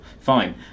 fine